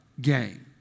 game